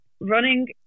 Running